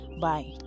Bye